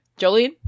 Jolene